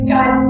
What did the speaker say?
God